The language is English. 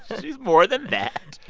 she's more than that.